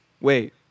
Wait